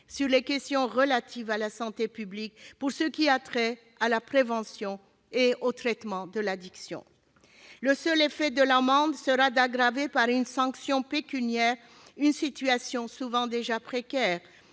sur les questions relatives à la santé publique, pour ce qui a trait à la prévention et au traitement de l'addiction. Le seul effet de l'amende sera d'aggraver par une sanction pécuniaire une situation souvent déjà précaire